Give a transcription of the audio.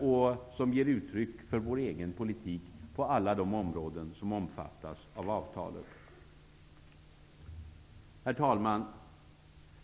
och som ger uttryck för vår egen politik på alla de områden som omfattas av avtalet. Herr talman!